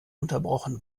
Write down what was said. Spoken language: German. unterbrochen